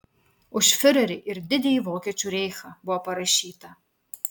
už fiurerį ir didįjį vokiečių reichą buvo parašyta